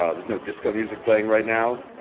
ah there's no disco music playing right now.